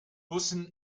bussen